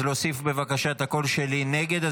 אז להוסיף בבקשה את הקול שלי נגד.